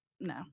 no